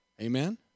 Amen